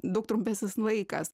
daug trumpesnis laikas